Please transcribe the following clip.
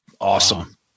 Awesome